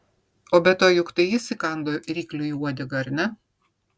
o be to juk tai jis įkando rykliui į uodegą ar ne